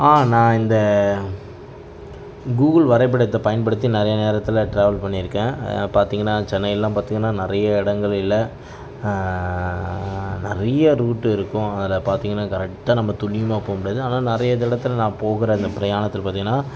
நான் இந்த கூகுள் வரைபடத்தைப் பயன்படுத்தி நிறைய நேரத்தில் டிராவல் பண்ணி இருக்கேன் பார்த்தீங்னா சென்னையிலலாம் பார்த்தீங்கனா நிறைய இடங்களில நிறைய ரூட்டு இருக்கும் அதில் பார்த்தீங்கனா கரெக்டாக நம்ம துண்ணியமாப் போககூடாது ஆனால் நிறையா இடத்துல நான் போகிற அந்த பிராயாணத்தில் பார்த்தீங்கனா